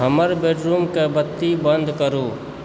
हमर बेडरूम के बत्ती बन्द करू